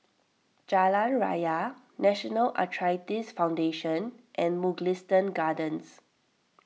Jalan Raya National Arthritis Foundation and Mugliston Gardens